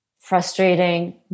Frustrating